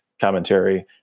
commentary